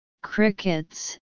crickets